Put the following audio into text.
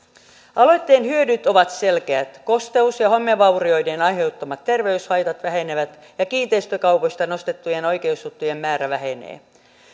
aloitteen hyödyt ovat selkeät kosteus ja ja homevaurioiden aiheuttamat terveyshaitat vähenevät ja kiinteistökaupoista nostettujen oikeusjuttujen määrä vähenee